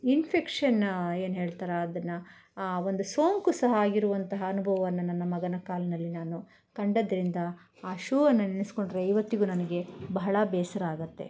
ಸ್ ಇನ್ಫೆಕ್ಷನ್ ಏನು ಹೇಳ್ತಾರೆ ಅದನ್ನು ಒಂದು ಸೋಂಕು ಸಹ ಆಗಿರುವಂತಹ ಅನುಭವವನ್ನು ನನ್ನ ಮಗನ ಕಾಲಿನಲ್ಲಿ ನಾನು ಕಂಡಿದ್ರಿಂದ ಆ ಶೂವನ್ನು ನೆನೆಸಿಕೊಂಡ್ರೆ ಇವತ್ತಿಗೂ ನನಗೆ ಬಹಳ ಬೇಸರ ಆಗುತ್ತೆ